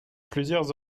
plusieurs